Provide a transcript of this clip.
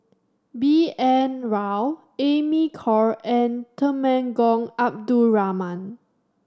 B N Rao Amy Khor and Temenggong Abdul Rahman